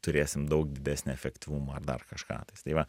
turėsim daug didesnį efektyvumą ar dar kažką tais tai va